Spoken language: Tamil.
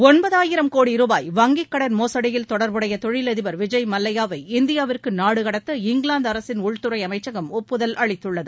ஒன்பதாயிரம் கோடி ருபாய் வங்கிக் கடன் மோசுடியில் தொடர்புடைய தொழிலதிபர் விஜய் மல்லையாவை இந்தியாவிற்கு நாடுகடத்த இங்கிலாந்து அரசின் உள்துறை அமைச்சகம் ஒப்புதல் அளித்துள்ளது